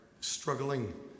struggling